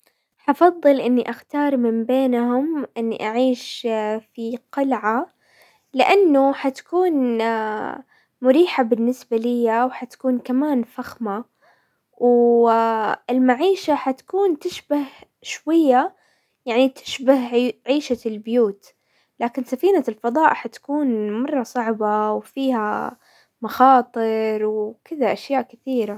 حفضل اني اختار من بينهم اني اعيش في قلعة، لانه حتكون مريحة بالنسبة ليا، وحتكون كمان فخمة المعيشة، وحتكون تشبه شوية تشبه عيشة البيوت، لكن سفينة الفضاء تكون مرة صعبة وفيها مخاطر وكذا اشياء كثيرة.